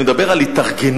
אני מדבר על התארגנות.